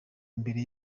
imbere